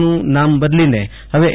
નું નામ બદલીને હવે એ